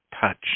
touch